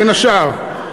בין השאר,